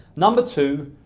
number two,